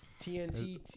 TNT